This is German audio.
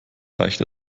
reicht